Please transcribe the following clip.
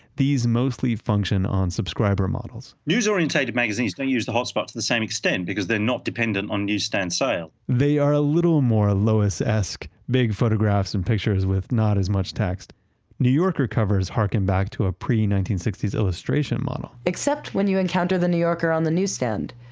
these mostly function on subscriber models. news-orientated magazines don't use the hot spot to the same extent because they're not dependent on newsstand sale. they are a little more lois-esque, big photographs and pictures with not as much text. the new yorker covers harken back to a pre nineteen sixty s illustration model. except when you encounter the new yorker on the newsstand,